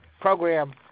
program